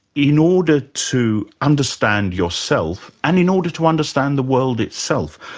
in order to understand yourself and in order to understand the world itself,